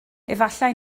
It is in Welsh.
efallai